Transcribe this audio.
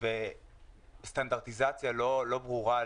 וסטנדרטיזציה לא ברורה,